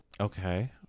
Okay